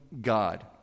God